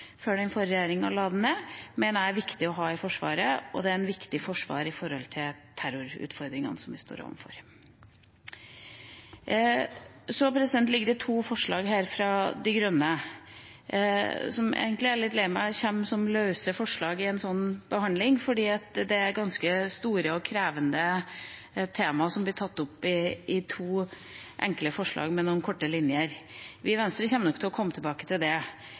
før den forrige regjeringa la den ned, mener jeg er viktig for Forsvaret, og det er et viktig forsvar med tanke på de terrorutfordringene vi står overfor. Det ligger to forslag her fra De Grønne. Jeg er egentlig litt lei meg for at de kommer som løse forslag i en sånn behandling, for det er ganske store og krevende tema som blir tatt opp i to enkle forslag med noen korte linjer. Vi i Venstre kommer nok til å komme tilbake til det.